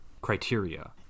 criteria